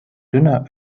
dünner